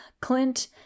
Clint